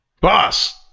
Boss